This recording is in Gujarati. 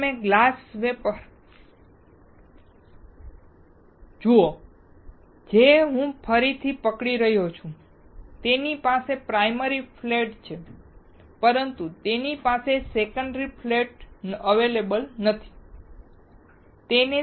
હવે તમે ગ્લાસની વેફર જુઓ જે હું ફરીથી પકડી રહ્યો છું તેની પાસે પ્રાયમરી ફ્લેટ છે પરંતુ તેની પાસે સેકન્ડરી ફ્લેટ નથી